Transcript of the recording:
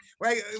right